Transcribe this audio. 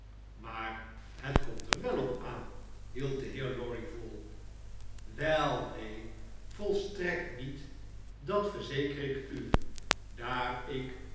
maar het komt er wel op aan hield de heer lorry vol wel neen volstrekt niet dat verzeker ik u daar ik